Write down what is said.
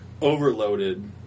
overloaded